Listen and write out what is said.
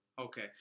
Okay